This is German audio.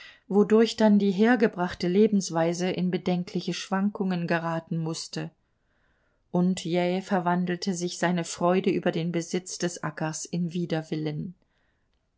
wodurch dann die hergebrachte lebensweise in bedenkliche schwankungen geraten mußte und jäh verwandelte sich seine freude über den besitz des ackers in widerwillen